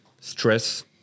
stress